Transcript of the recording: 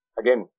again